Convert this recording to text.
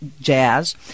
jazz